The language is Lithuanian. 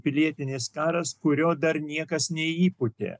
pilietinis karas kurio dar niekas neįpūtė